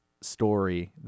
story